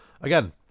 again